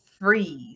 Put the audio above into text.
freeze